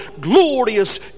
glorious